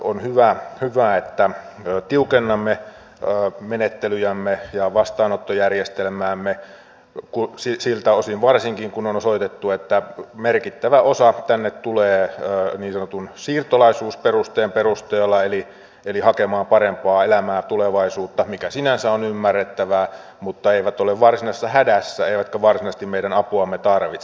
on hyvä että tiukennamme menettelyjämme ja vastaanottojärjestelmäämme siltä osin varsinkin kun on osoitettu että merkittävä osa tänne tulee niin sanotun siirtolaisuusperusteen perusteella eli hakemaan parempaa elämää tulevaisuutta mikä sinänsä on ymmärrettävää mutta eivät ole varsinaisessa hädässä eivätkä varsinaisesti meidän apuamme tarvitse